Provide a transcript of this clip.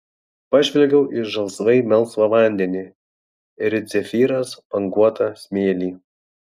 pažvelgiau į žalsvai melsvą vandenį ir it zefyras banguotą smėlį